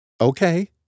Okay